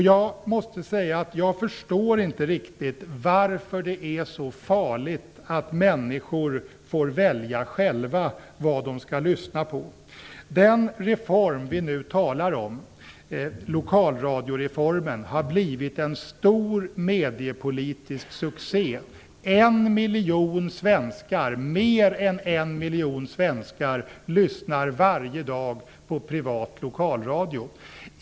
Jag måste säga att jag förstår inte riktigt varför det är så farligt att människor får välja själva vad de skall lyssna på. Den reform vi nu talar om, lokalradioreformen, har blivit en stor mediepolitisk succé. Mer än en miljon svenskar lyssnar varje dag på privat lokalradio.